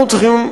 אנחנו צריכים,